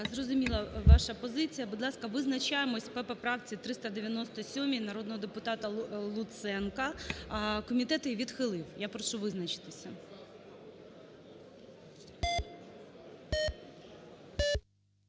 Зрозуміла ваша позиція. Будь ласка, визначаємось по поправці 397 народного депутата Луценко. Комітет її відхилив. Я прошу визначитися.